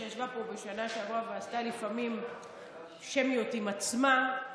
שישבה פה בשנה שעברה ועשתה לפעמים שמיות עם עצמה,